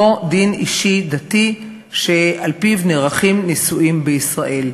אותו דין אישי דתי שעל-פיו נערכים נישואים בישראל,